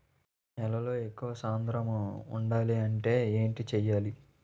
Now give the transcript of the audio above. నేలలో ఎక్కువ సాంద్రము వుండాలి అంటే ఏంటి చేయాలి?